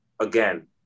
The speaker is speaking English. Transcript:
again